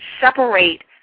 separate